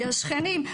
יש שכנים,